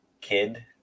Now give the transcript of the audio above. kid